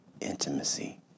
intimacy